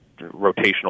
rotational